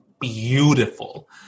beautiful